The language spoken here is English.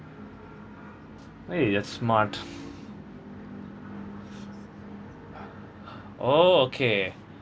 hey that's smart oh okay